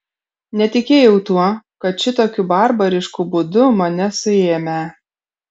netikėjau tuo kad šitokiu barbarišku būdu mane suėmę